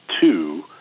two